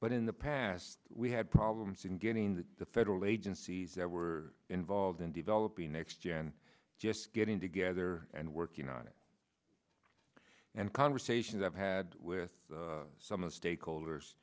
but in the past we had problems in getting the federal agencies that were involved in developing next general just getting together and working on it and conversations i've had with some of the stakeholders